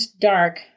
dark